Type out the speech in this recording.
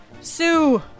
Sue